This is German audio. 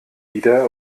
wieder